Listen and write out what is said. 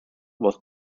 was